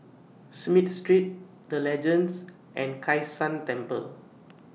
Smith Street The Legends and Kai San Temple